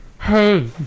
Hey